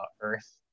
earth